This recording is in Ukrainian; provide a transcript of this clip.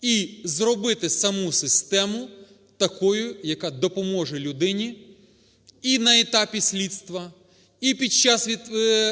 і зробити саму систему такою, яка допоможе людині і на етапі слідства, і під час